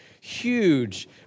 huge